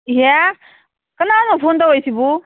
ꯏꯍꯦ ꯀꯅꯥꯅꯣ ꯐꯣꯟ ꯇꯧꯔꯀꯏꯁꯤꯕꯨ